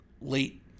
late